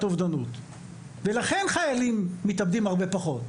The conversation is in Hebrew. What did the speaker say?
אובדנות ולכן חיילים מתאבדים הרבה פחות.